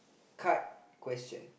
card question